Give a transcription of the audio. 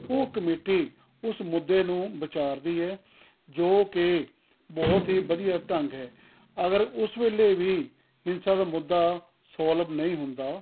ਉਹ ਕਮੇਟੀ ਉਸ ਮੁੱਦੇ ਨੂੰ ਵਿਚਾਰਦੀ ਹੈ ਜੋ ਕਿ ਬਹੁਤ ਹੀ ਵਧੀਆ ਢੰਗ ਹੈ ਅਗਰ ਉਸ ਵੇਲੇ ਵੀ ਹਿੰਸਾ ਦਾ ਮੁੱਦਾ ਸੋਲਵ ਨਹੀਂ ਹੁੰਦਾ